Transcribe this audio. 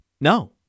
no